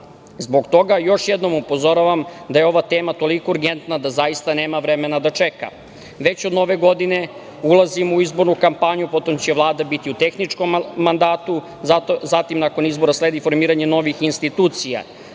toga, još jednom upozoravam da je ova tema toliko urgentna da zaista nema vremena da čeka. Već od Nove godine ulazimo u izbornu kampanju, potom će Vlada biti u tehničkom mandatu. Zatim, nakon izbora sledi formiranje novih institucija